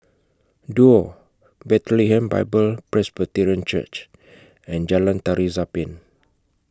Duo Bethlehem Bible Presbyterian Church and Jalan Tari Zapin